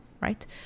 right